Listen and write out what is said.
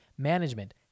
management